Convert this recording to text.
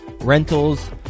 rentals